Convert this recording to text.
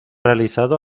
realizado